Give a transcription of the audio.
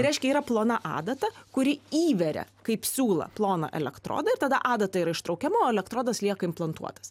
reiškia yra plona adata kuri įveria kaip siūlą ploną elektrodą ir tada adata yra ištraukiama o elektrodas lieka implantuotas